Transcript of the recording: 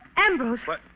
Ambrose